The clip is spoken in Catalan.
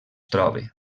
trobe